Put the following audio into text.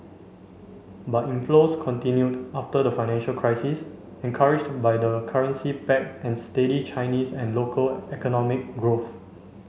but inflows continued after the financial crisis encouraged by the currency peg and steady Chinese and local economic growth